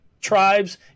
tribes